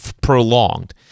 prolonged